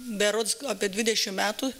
berods apie dvidešimt metų